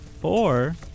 Four